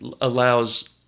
allows